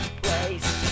place